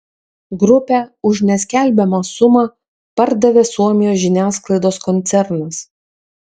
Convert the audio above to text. grupę už neskelbiamą sumą pardavė suomijos žiniasklaidos koncernas